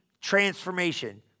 transformation